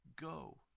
Go